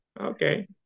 Okay